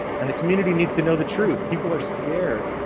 and the community needs to know the truth. people are scared.